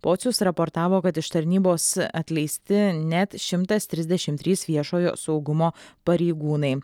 pocius raportavo kad iš tarnybos atleisti net šimtas trisdešim trys viešojo saugumo pareigūnai